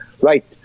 Right